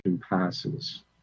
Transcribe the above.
passes